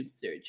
search